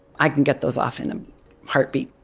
i can get those off in a heartbeat